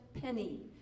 penny